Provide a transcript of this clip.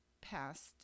passed